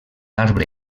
arbre